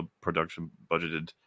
production-budgeted